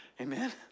Amen